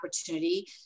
opportunity